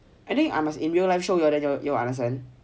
I think I must in real life show you all then you all can understand